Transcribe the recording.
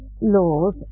laws